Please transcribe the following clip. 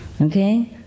Okay